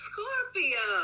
Scorpio